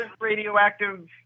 radioactive